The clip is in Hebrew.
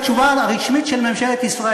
ואני אקרא גם את התשובה הרשמית של ממשלת ישראל.